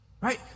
Right